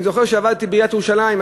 אני זוכר שעבדתי בעיריית ירושלים,